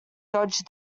dodged